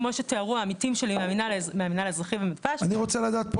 כמו שתיארו העמיתים שלי מהמנהל האזרחי וממתפ"ש --- אני רוצה לדעת,